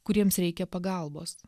kuriems reikia pagalbos